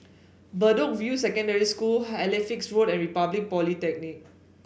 Bedok View Secondary School Halifax Road and Republic Polytechnic